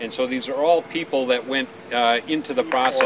and so these are all people that went into the pro